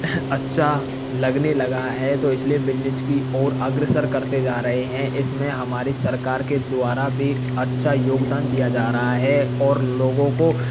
अच्छा लगने लगा है तो इसलिए बिजनिस की ओर अग्रसर करते जा रहे हैं इसमें हमारी सरकर के द्वारा भी अच्छा योगदान दिया जा रहा है और लोगों को